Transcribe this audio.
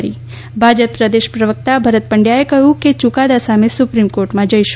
ભાજપ પ્રદેશ પ્રવકતા ભરત પંડથાએ કહયું કે ચુકાદા સામે સુપ્રિમ કોર્ટમાં જઇશું